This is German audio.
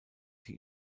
die